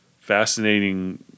fascinating